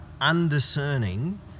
undiscerning